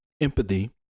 empathy